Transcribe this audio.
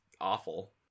awful